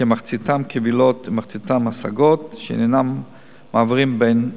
כמחציתן קבילות וכמחציתן השגות שעניינן מעברים בין הקופות.